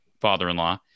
father-in-law